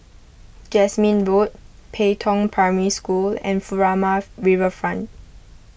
Jasmine Road Pei Tong Primary School and Furama Riverfront